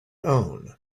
own